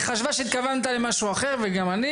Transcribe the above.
היא חשבה שהתכוונת למשהו אחר וגם אני